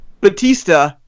Batista